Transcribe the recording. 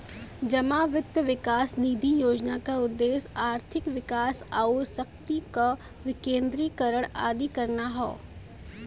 जमा वित्त विकास निधि योजना क उद्देश्य आर्थिक विकास आउर शक्ति क विकेन्द्रीकरण आदि करना हौ